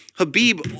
Habib